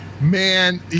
Man